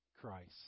Christ